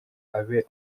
abe